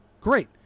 Great